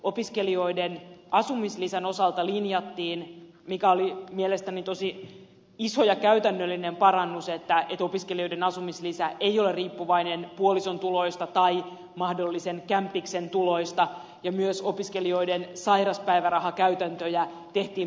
opiskelijoiden asumislisän osalta linjattiin mikä oli mielestäni tosi iso ja käytännöllinen parannus että opiskelijoiden asumislisä ei ole riippuvainen puolison tuloista tai mahdollisen kämppiksen tuloista ja myös opiskelijoiden sairauspäivärahakäytäntöjä tehtiin oikeudenmukaisiksi